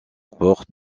porte